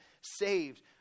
saved